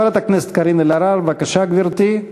חברת הכנסת קארין אלהרר, בבקשה, גברתי,